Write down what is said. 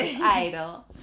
idol